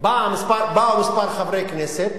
באו כמה חברי כנסת,